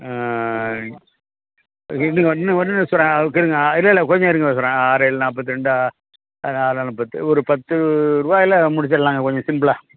இன்னும் ஒன்று சொல்கிறேன் கேளுங்கள் இல்லை இல்லை கொஞ்சம் இருங்கள் சொல்கிறேன் ஆறேழு நாற்பத்தி ரெண்டு ஆறு நாலும் பத்து ஒரு பத்துரூபாய்ல முடிச்சிடுலாங்க கொஞ்சம் சிம்பிளா